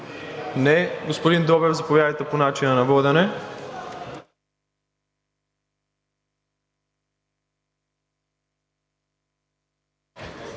Не. Господин Добрев, заповядайте по начина на водене.